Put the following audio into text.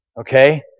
Okay